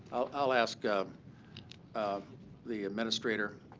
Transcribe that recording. i'll ask ah um the administrator.